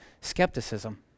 skepticism